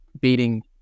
beating